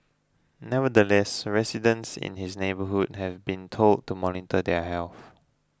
nevertheless residents in his neighbourhood have been told to monitor their health